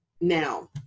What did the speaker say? Now